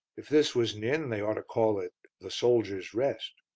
if this was an inn they ought to call it the soldiers' rest.